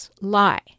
lie